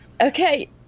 okay